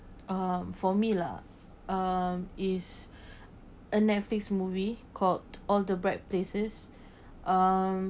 uh for me lah um is a netflix movie called all the bribe places um